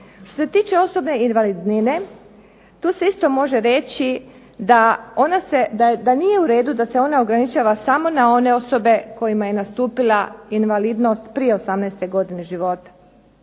Što se tiče osobne invalidnine tu se isto može reći da nije u redu da se ona ograničava samo na one osobe kojima je nastupila invalidnost prije 18 godine života.